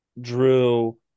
drew